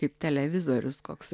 kaip televizorius koks